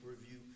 review